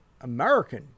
American